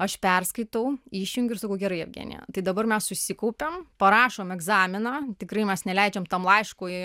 aš perskaitau jį išjungiu ir sakau gerai jevgenija tai dabar mes susikaupiam parašom egzaminą tikrai mes neleidžiam tam laiškui